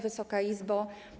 Wysoka Izbo!